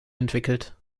entwickelt